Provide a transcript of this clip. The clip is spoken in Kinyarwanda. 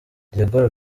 diego